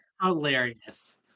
hilarious